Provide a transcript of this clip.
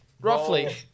roughly